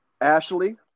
Ashley